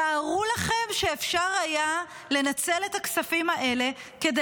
תארו לכם שאפשר היה לנצל את הכספים האלה כדי